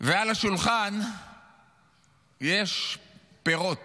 ועל השולחן יש פירות